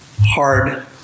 hard